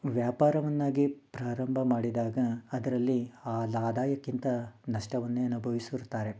ವ್ಯಾಪಾರವನ್ನಾಗಿ ಪ್ರಾರಂಭ ಮಾಡಿದಾಗ ಅದರಲ್ಲಿ ಆದ ಆದಾಯಕ್ಕಿಂತ ನಷ್ಟವನ್ನೇ ಅನುಭವಿಸಿರುತ್ತಾರೆ